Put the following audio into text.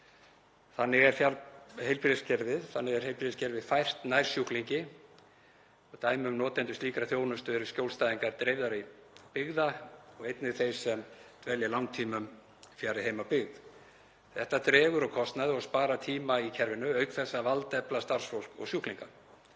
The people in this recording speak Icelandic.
Þannig er heilbrigðiskerfið fært nær sjúklingi. Dæmi um notendur slíkrar þjónustu eru skjólstæðingar dreifðari byggða og einnig þeir sem dvelja langtímum fjarri heimabyggð. Þetta dregur úr kostnaði og sparar tíma í kerfinu auk þess að valdefla starfsfólk og sjúklinga.